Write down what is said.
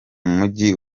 mujyi